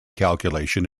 calculation